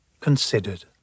considered